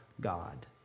God